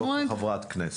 לא כחברת הכנסת.